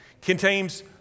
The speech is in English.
contains